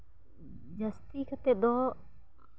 ᱡᱟᱹᱥᱛᱤ ᱠᱟᱛᱮᱫ ᱫᱚ